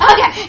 Okay